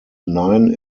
nine